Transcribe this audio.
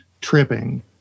tripping